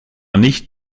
nicht